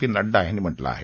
P Nadda यांनी म्हटलं आहे